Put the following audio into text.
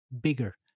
bigger